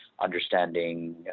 understanding